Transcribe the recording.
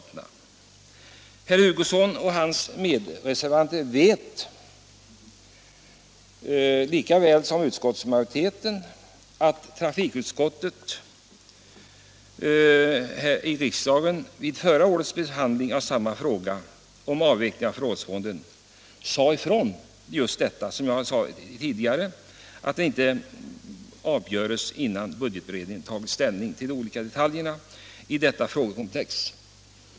Herr Hugosson och hans medreservanter vet lika väl som utskottsmajoriteten att riksdagens trafikutskott vid förra årets behandling av samma fråga, om avveckling av förrådsfonden, sade ifrån — som jag nämnde tidigare — att saken inte kan avgöras innan budgetutredningen tagit ställning till de olika detaljerna i detta frågekomplex.